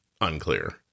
unclear